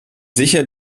sicher